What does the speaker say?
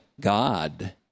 God